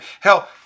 Hell